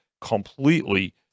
completely